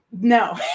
no